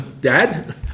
Dad